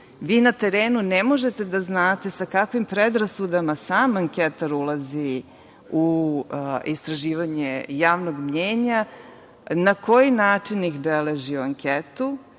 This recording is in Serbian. vi na terenu ne možete da znate sa kakvim predrasudama anketar ulazi u istraživanje javnog mnjenja, na koji način ih beleži u anketu,